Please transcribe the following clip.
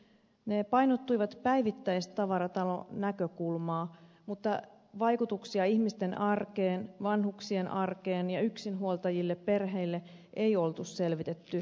ne painottuivat päivittäistavaratalonäkökulmaan mutta vaikutuksia ihmisten arkeen vanhuksien arkeen ja yksinhuoltajille perheille ei ollut selvitetty